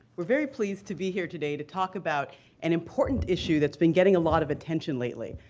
we're very pleased to be here today to talk about an important issue that's been getting a lot of attention lately,